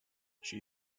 she